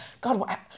god